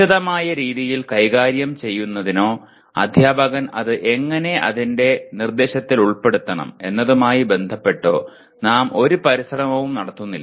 വിശദമായ രീതിയിൽ കൈകാര്യം ചെയ്യുന്നതിനോ അധ്യാപകൻ അത് എങ്ങനെ തന്റെ നിർദ്ദേശത്തിൽ ഉൾപ്പെടുത്തണം എന്നതുമായി ബന്ധപ്പെട്ടോ നാം ഒരു പരിശ്രമവും നടത്തുന്നില്ല